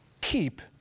keep